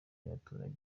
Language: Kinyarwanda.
y’abatuye